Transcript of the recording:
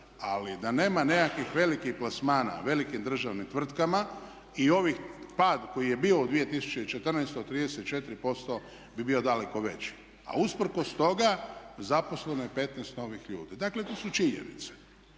ali da nema nekakvih velikih plasmana u velikim državnim tvrtkama i ovaj pad koji je bio u 2014. od 34% bi bio daleko veći. A usprkos toga zaposleno je 15 novih ljudi. Dakle to su činjenice.